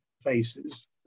faces